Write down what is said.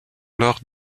lors